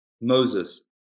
Moses